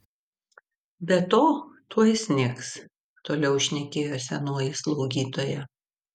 be to tuoj snigs toliau šnekėjo senoji slaugytoja